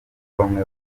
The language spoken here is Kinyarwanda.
bamwe